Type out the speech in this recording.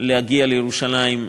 להגיע לירושלים,